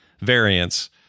variance